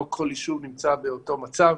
לא כל יישוב נמצא באותו מצב.